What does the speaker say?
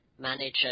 manager